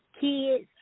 kids